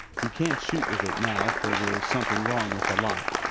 you can't shoot with it now, for there's something wrong with the lock.